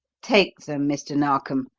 take them, mr. narkom,